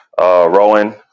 Rowan